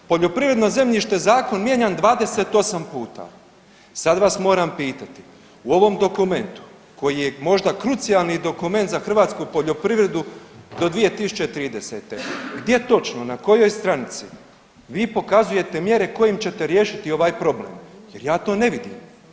Poljoprivredno zemljište zakon mijenjan 28 puta, sad vas moram pitati u ovom dokumentu koji je možda krucijalni dokument za hrvatsku poljoprivredu do 2030. gdje točno na kojoj stranici vi pokazujete mjere kojim ćete riješiti ovaj problem jer ja to ne vidim?